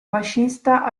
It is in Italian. fascista